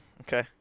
Okay